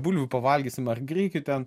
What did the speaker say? bulvių pavalgysim ar grikių ten